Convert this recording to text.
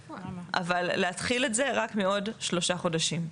אבל להתחיל את זה רק מעוד 3 חודשים.